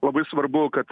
labai svarbu kad